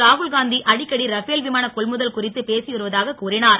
ராகுல்காந்தி அடிக்கடி ரபேல் விமான கொள்முதல் குறித்து பேசி வருவதாக கூறினார்